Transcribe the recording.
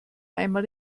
einmal